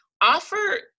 offer